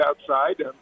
outside